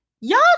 y'all